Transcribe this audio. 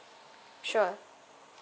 sure